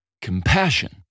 compassion